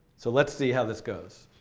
so let's see how this goes.